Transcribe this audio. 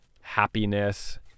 happiness